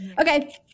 Okay